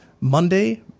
Monday